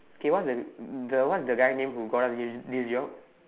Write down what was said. K what is the the what is the guy's name who got us this this job